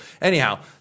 anyhow